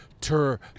tur